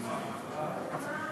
מס'